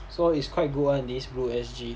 so it's quite good [one] this blue S_G